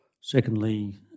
secondly